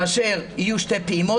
כאשר תהיינה שתי פעימות.